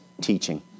teaching